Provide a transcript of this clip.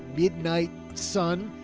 midnight sun,